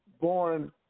born